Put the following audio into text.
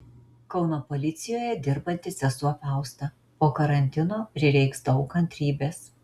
kauno policijoje dirbanti sesuo fausta po karantino prireiks daug kantrybės